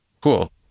Cool